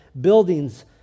buildings